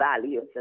values